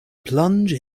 plunge